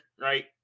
right